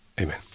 Amen